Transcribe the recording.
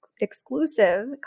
exclusive